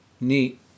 Neat